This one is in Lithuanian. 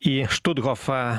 į štuthofą